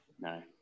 no